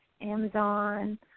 Amazon